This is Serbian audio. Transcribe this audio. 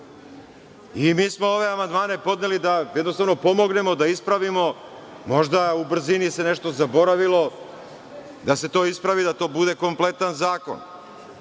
smo ove amandmane podneli da jednostavno pomognemo, da ispravimo. Možda se u brzini nešto zaboravilo, da se to ispravi, da to bude kompletan zakon.